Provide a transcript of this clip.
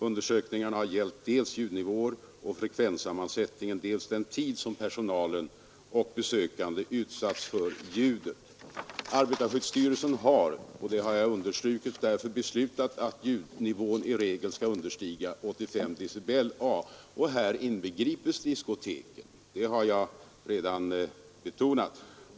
Undersökningarna har gällt dels ljudnivåer och frekvenssammansättning, dels den tid som personal och besökande utsatts för ljudet. Arbetarskyddsstyrelsen har — det har jag understrukit — därför beslutat att ljudnivån i regel skall understiga 85 decibel-A. Här inbegrips diskoteken — det har jag redan betonat.